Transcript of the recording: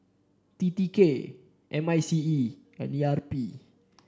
T T K M I C E and E R P